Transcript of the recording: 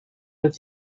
with